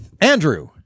Andrew